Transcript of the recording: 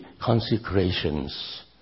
consecrations